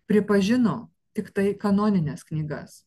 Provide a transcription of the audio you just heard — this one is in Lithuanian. pripažino tiktai kanonines knygas